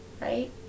right